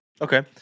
Okay